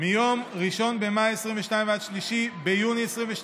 מיום 1 במאי 2022 ועד 30 ביוני 2022